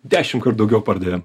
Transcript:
dešimtkart daugiau pardavėm